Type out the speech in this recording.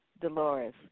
Dolores